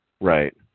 Right